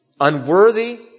unworthy